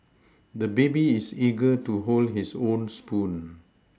the baby is eager to hold his own spoon